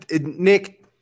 Nick